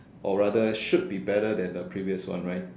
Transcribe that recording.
or rather should be better than the previous one right